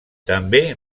també